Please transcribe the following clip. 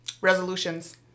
resolutions